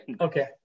okay